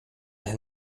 than